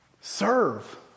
Serve